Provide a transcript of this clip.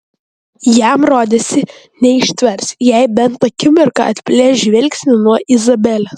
jam rodėsi neištvers jei bent akimirką atplėš žvilgsnį nuo izabelės